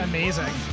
Amazing